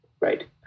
right